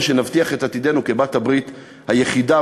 ושנבטיח את עתידנו כבעלת-הברית היחידה